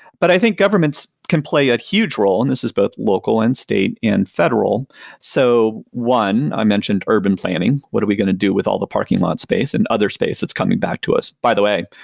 but i think governments can play a huge role, and this is both local and state and federal so one, i mentioned urban planning. what are we going to do with all the parking lot space and other space that's coming back to us? by the way,